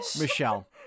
Michelle